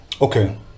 Okay